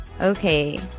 Okay